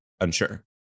unsure